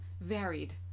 varied